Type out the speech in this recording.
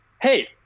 hey